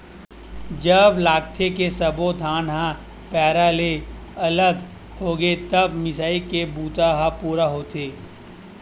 जब लागथे के सब्बो धान ह पैरा ले अलगे होगे हे तब मिसई बूता ह पूरा होथे